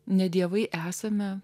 ne dievai esame